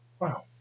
Wow